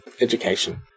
education